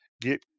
get